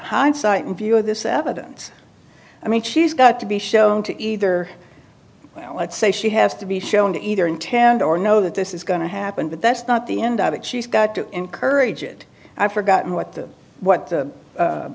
hindsight in view of this evidence i mean she's got to be shown to either well let's say she has to be shown to either intend or know that this is going to happen but that's not the end of it she's got to encourage it i've forgotten what the what the